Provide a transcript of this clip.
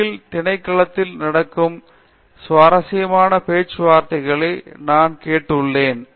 அருகிலுள்ள திணைக்களத்தில் நடக்கும் சுவாரஸ்யமான பேச்சுவார்த்தைகளை நான் கேட்டு உள்ளேன்